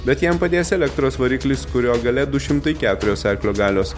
bet jiem padės elektros variklis kurio galia du šimtai keturios arklio galios